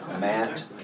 Matt